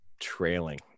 trailing